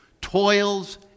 toils